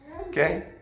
Okay